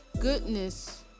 Goodness